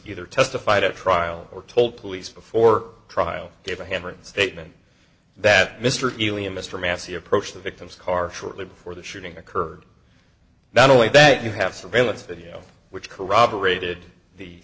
either testified at trial or told police before trial gave a handwritten statement that mr elliott mr massey approached the victim's car shortly before the shooting occurred not only that you have surveillance video which corroborated the